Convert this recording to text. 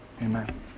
Amen